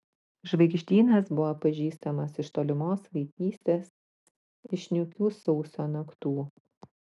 žvaigždynas buvo pažįstamas iš tolimos vaikystės iš niūkių sausio naktų